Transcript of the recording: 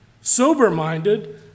sober-minded